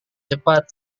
cepat